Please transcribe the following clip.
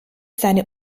seine